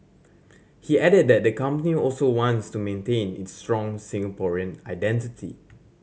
he added that the company also wants to maintain its strong Singaporean identity